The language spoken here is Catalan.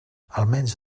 almenys